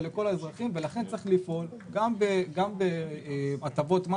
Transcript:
ולכל האזרחים ולכן צריך לפעול גם בהטבות מס